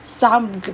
some gr~